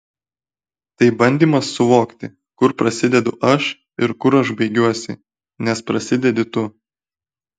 tai bandymas suvokti kur prasidedu aš ir kur aš baigiuosi nes prasidedi tu